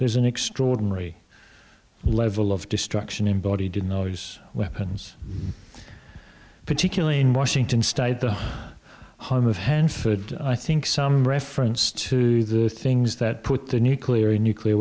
there's an extraordinary level of destruction in body dinars weapons particularly in washington state the home of hanford i think some reference to the things that put the nuclear a nuclear